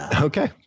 Okay